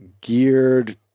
geared